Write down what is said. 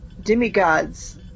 demigods